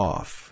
Off